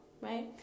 right